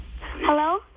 Hello